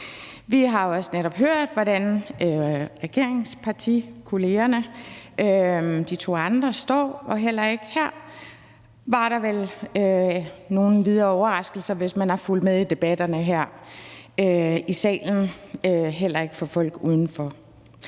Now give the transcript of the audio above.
Vi har også netop hørt, hvor regeringspartikollegerne, de to andre, står, og heller ikke her var der vel nogen videre overraskelser, hvis man har fulgt med i debatterne her i salen, heller ikke for folk uden for